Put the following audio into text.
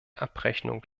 abrechnung